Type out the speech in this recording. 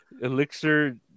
Elixir